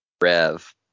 Rev